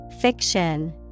Fiction